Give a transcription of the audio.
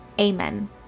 amen